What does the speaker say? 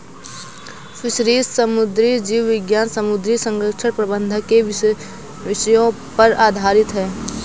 fisheries समुद्री जीव विज्ञान समुद्री संरक्षण प्रबंधन के विषयों पर आधारित है